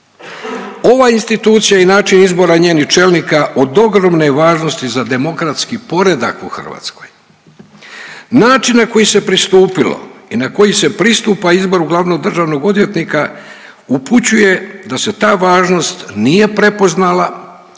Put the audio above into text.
Ova institucija i način izbora njenih čelnika od ogromne je važnosti za demokratski poredak u Hrvatskoj. Način na koji se pristupilo i na koji se pristupa izboru glavnog državnog odvjetnika upućuje da se ta važnost nije prepoznala